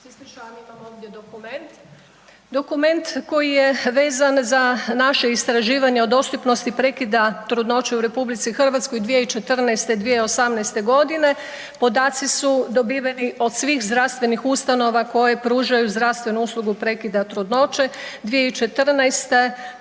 …/Govornik naknadno uključen./… dokument koji je vezan za naše istraživanje o dostupnost prekida trudnoće u RH 2014.-2018. g., podaci su dobiveni od svih zdravstvenih ustanova koje pružaju zdravstvenu uslugu prekida trudnoće, 2014. dakle